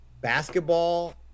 basketball